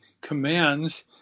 commands